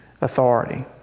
authority